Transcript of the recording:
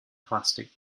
plastic